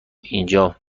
اینجا